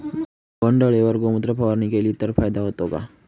बोंडअळीवर गोमूत्र फवारणी केली तर फायदा होतो का?